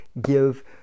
give